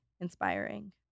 inspiring